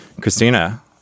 christina